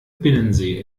binnensee